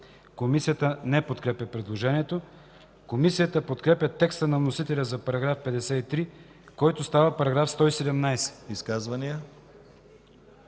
Комисията не подкрепя предложението. Комисията подкрепя текста на вносителя за § 54, който става § 118.